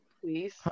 please